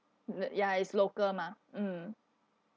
ya it's local mah mm